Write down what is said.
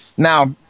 Now